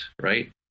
right